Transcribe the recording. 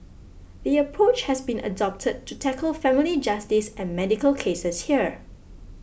the approach has been adopted to tackle family justice and medical cases here